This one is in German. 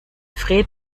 fred